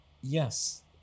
Yes